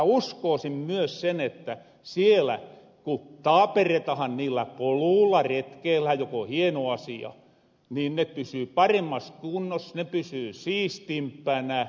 uskoosin myös sen että siellä ku taaperretahan niillä poluulla retkeillähän jok on hieno asia niin ne pysyy paremmas kunnos ne pysyy siistimpänä